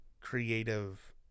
creative